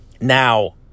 now